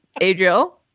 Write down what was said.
Adriel